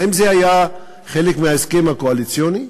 האם זה היה חלק מההסכם הקואליציוני?